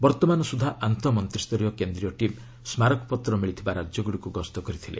ବର୍ତ୍ତମାନ ସୁଦ୍ଧା ଆନ୍ତଃ ମନ୍ତ୍ରୀ ସ୍ତରୀୟ କେନ୍ଦ୍ରୀ ଟିମ୍ ସ୍କାରକପତ୍ର ମିଳିଥିବା ରାଜ୍ୟଗୁଡ଼ିକୁ ଗସ୍ତ କରିଥିଲେ